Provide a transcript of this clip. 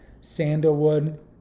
sandalwood